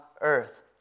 earth